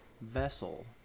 vessel